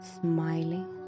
smiling